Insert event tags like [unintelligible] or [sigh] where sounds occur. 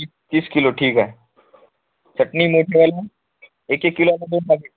तीस किलो ठीक आहे चटणी मीठ [unintelligible] एक एक किलो